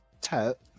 Tet